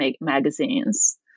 magazines